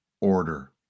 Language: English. order